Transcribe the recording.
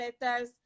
letters